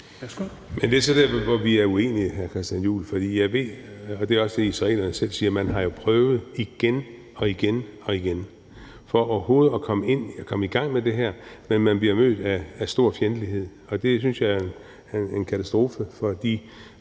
det er så der, hvor vi er uenige, hr. Christian Juhl. For jeg ved jo – og det er også det, israelerne selv siger – at man har prøvet igen og igen at komme i gang med det her, men man bliver mødt af stor fjendtlighed. Og det synes jeg er en katastrofe